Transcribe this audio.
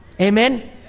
Amen